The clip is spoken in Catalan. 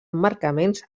emmarcaments